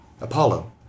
Apollo